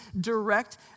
direct